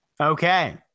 Okay